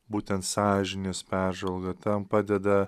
būtent sąžinės peržvalga tam padeda